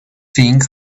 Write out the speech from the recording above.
thing